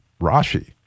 Rashi